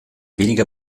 weniger